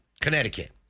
Connecticut